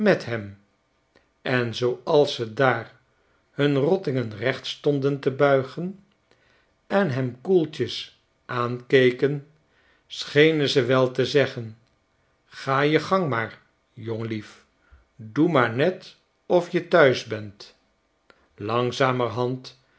en zooals ze daar hun rottingen recht stonden te buigen en hem koeltjes aankeken schenen ze wel te zeggen ga je gang maar jongelief doe maar net of je thuis bent langzamerhand